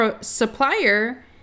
supplier